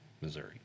Missouri